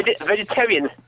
Vegetarian